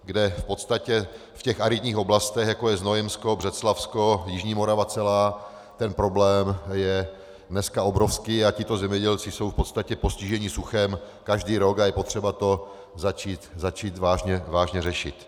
Kde v podstatě v těch aridních oblastech, jako je Znojemsko, Břeclavsko, jižní Morava celá, ten problém je dneska obrovský a tito zemědělci jsou v podstatě postiženi suchem každý rok a je potřeba to začít vážně řešit.